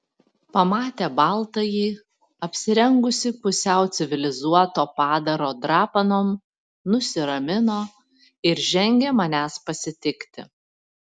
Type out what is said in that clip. pamatę baltąjį apsirengusį pusiau civilizuoto padaro drapanom nusiramino ir žengė manęs pasitikti